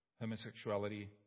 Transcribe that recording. homosexuality